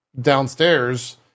downstairs